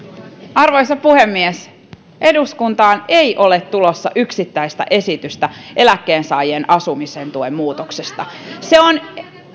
arvoisa puhemies eduskuntaan ei ole tulossa yksittäistä esitystä eläkkeensaajien asumisen tuen muutoksesta se on